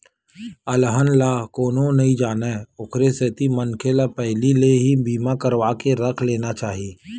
अलहन ला कोनो नइ जानय ओखरे सेती मनखे ल पहिली ले ही बीमा करवाके रख लेना चाही